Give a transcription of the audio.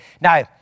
Now